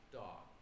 dog